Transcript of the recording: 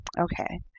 Okay